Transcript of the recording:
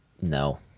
No